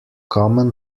common